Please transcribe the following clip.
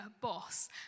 boss